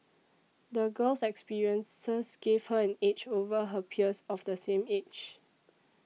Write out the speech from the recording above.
the girl's experiences gave her an edge over her peers of the same age